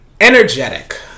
Energetic